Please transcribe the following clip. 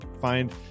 find